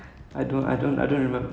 பழகறக்கான:pazhakarakaana